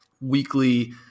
weekly